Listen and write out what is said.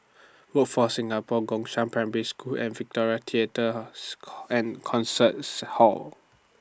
Workforce Singapore Gongshang Primary School and Victoria Theatres and Concerts Hall